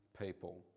people